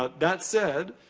ah that said,